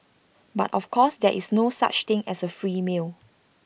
but of course there is no such thing as A free meal